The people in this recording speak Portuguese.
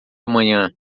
amanhã